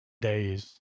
days